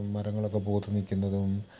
മരങ്ങളൊക്കെ പൂത്തു നിൽക്കുന്നതും